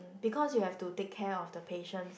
because you have to take care of the patients